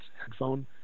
headphone